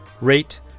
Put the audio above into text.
rate